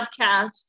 podcast